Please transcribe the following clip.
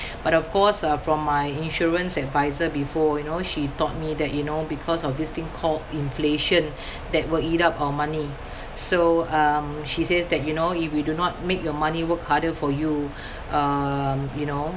but of course uh from my insurance advisor before you know she taught me that you know because of this thing called inflation that will eat up our money so um she says that you know if you do not make your money work harder for you uh you know